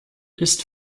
ist